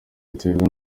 biterwa